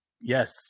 Yes